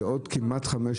זה כמעט 500,